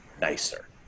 nicer